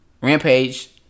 Rampage